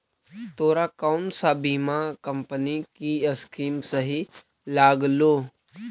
तोरा कौन सा बीमा कंपनी की स्कीम सही लागलो